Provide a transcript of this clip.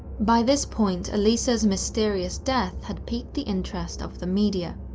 by this point, elisa's mysterious death had piqued the interest of the media.